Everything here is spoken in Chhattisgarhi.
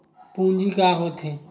पूंजी का होथे?